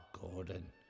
Gordon